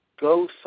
go